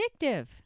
addictive